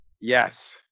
yes